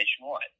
nationwide